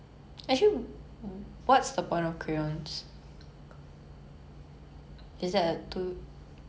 I'm not an artist and I don't want to offend anyone so what's the point of certain things I also don't know lah